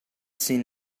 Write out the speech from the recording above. seen